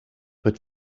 but